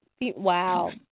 Wow